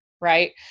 right